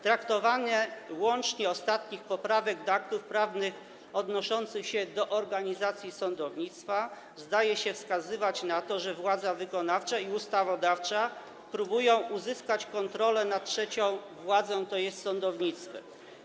Traktowanie łączne ostatnich poprawek do aktów prawnych odnoszących się do organizacji sądownictwa zdaje się wskazywać na to, że władza wykonawcza i ustawodawcza próbują uzyskać kontrolę nad trzecią władzą, to jest sądownictwem.